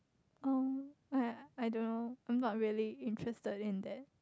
um I I don't know I'm not really interested in that